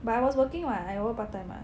but I was working [what] I work part time [what]